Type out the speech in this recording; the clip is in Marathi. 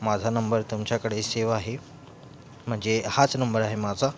माझा नंबर तुमच्याकडे सेव आहे म्हणजे हाच नंबर आहे माझा